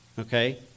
Okay